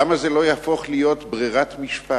למה זה לא יהפוך להיות ברירת משפט?